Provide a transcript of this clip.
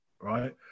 right